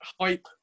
hype